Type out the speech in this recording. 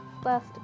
Last